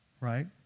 right